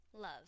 Love